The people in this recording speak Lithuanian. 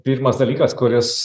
pirmas dalykas kuris